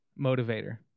motivator